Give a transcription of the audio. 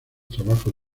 trabajos